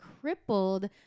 crippled